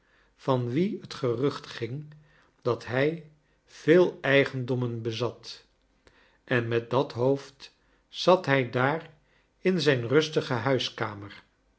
van wien het gerucht ging dat h j veel eigendommen be zat en met do hoofd zat hij daar in zijn rustige huiskamer